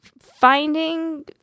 finding